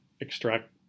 extract